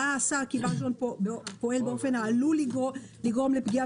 ראה שר כי בעל הרישיון פועל באופן הכלול לגרום לפגיעה